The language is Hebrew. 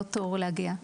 לא תור להגיע.